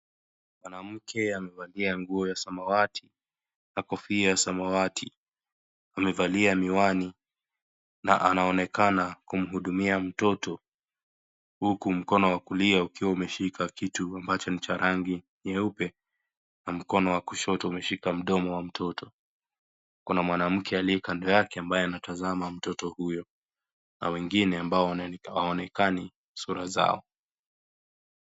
Mwanamke amevalia nguo ya zamawati na kofia ya zamawati, amevalia miwani na anaonekana kumuhudumia mtoto huku mkono wa kulia ukiwa ukishika kitu ambacho ni cha rangi nyeupe na mkono wa kushoto umeshika mdomo mtoto, kuna mwanamke aliye kando yake ambaye anamtazama mtoto huyo, na wengi ambao hawaonekani sura zao.